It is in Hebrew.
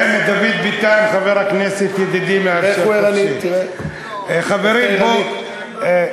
הנה דוד ביטן, חבר הכנסת ידידי, פה חופשי.